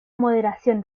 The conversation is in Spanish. moderación